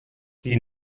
qui